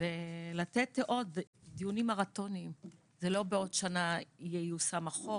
ולתת עוד דיונים מרתוניים ולא בעוד שנה ייושם החוק,